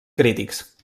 crítics